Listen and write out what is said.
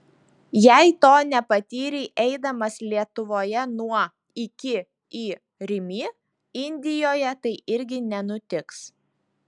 jei to nepatyrei eidamas lietuvoje nuo iki į rimi indijoje tai irgi nenutiks